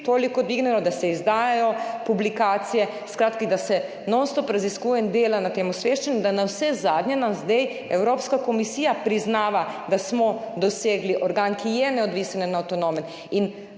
toliko dvignilo, da se izdajajo publikacije, da se skratka ves čas raziskuje in dela na tem osveščanju, da nam navsezadnje zdaj Evropska komisija priznava, da smo dosegli organ, ki je neodvisen in avtonomen.